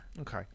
okay